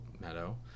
Meadow